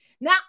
Now